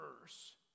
verse